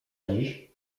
dziś